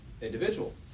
Individual